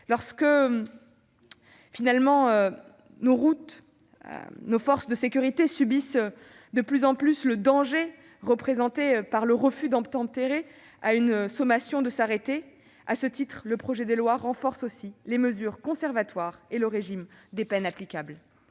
Lorsqu'elles sont sur nos routes, nos forces de sécurité subissent de plus en plus le danger représenté par le refus d'obtempérer à une sommation de s'arrêter. À ce titre, le projet de loi renforce les mesures conservatoires et le régime des peines applicables.